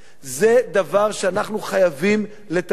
זה דבר שאנחנו חייבים לטפל בו.